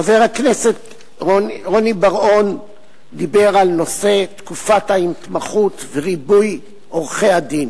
חבר הכנסת רוני בר-און דיבר על תקופת ההתמחות וריבוי עורכי-הדין,